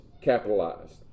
capitalized